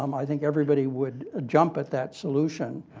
um i think everybody would jump at that solution.